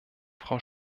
frau